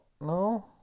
no